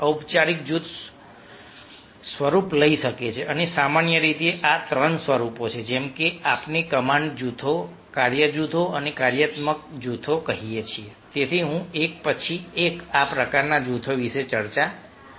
ઔપચારિક જૂથ સ્વરૂપ લઈ શકે છે અને સામાન્ય રીતે આ 3 સ્વરૂપો છે જેમ કે આપણે કમાન્ડ જૂથો કાર્ય જૂથો અને કાર્યાત્મક જૂથો કહીએ છીએ તેથી હું એક પછી એક આ પ્રકારના જૂથો વિશે ચર્ચા કરીશ